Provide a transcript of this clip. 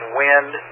wind